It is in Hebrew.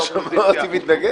אתה שומע אותי מתנגד?